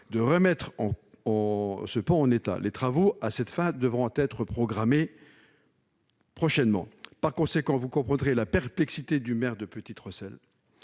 de remettre ce pont en état. Les travaux à cette fin vont être programmés. » Par conséquent, vous comprendrez la perplexité du maire de Petite-Rosselle